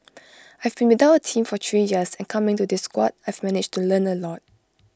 I've been without A team for three years and coming to this squad I've managed to learn A lot